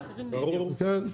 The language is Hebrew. כן,